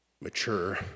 mature